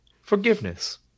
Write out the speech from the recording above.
forgiveness